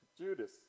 Judas